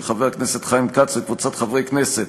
של חבר הכנסת חיים כץ וקבוצת חברי הכנסת,